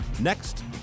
next